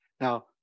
Now